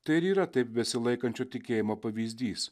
tai ir yra taip besilaikančio tikėjimo pavyzdys